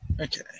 Okay